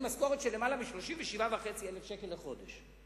משכורת של למעלה מ-37,500 שקל לחודש.